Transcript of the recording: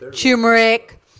turmeric